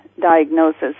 diagnosis